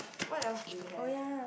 what else do we have